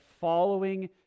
following